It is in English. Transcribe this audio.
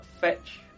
fetch